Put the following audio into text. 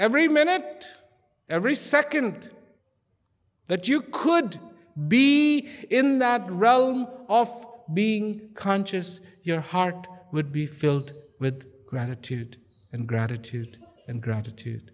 every minute every second that you could be in that realm of being conscious your heart would be filled with gratitude and gratitude and gratitude